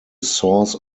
source